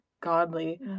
godly